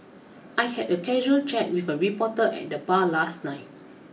I had a casual chat with a reporter at the bar last night